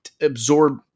absorb